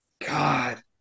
god